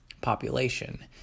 population